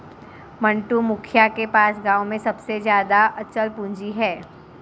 मंटू, मुखिया के पास गांव में सबसे ज्यादा अचल पूंजी है